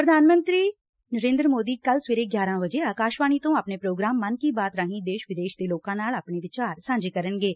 ਪ੍ਰਧਾਨ ਮੰਤਰੀ ਨਰੇਂਦਰ ਸੋਦੀ ਕੱਲ ਸਵੇਰੇ ਗਿਆਰਾ ਵਜੇਂ ਆਕਾਸ਼ਵਾਣੀ ਤੋਂ ਆਪਣੇ ਪ੍ਰੋਗਰਾਮ ਮਨ ਕੀ ਬਾਤ ਰਾਹੀ ਦੇਸ਼ ਵਿਦੇਸ਼ ਦੇ ਲੋਕਾਂ ਨਾਲ਼ ਆਪਣੇ ਵਿਚਾਰ ਸਾਂਝੇ ਕਰਨਗੇ